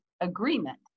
agreement